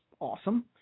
Awesome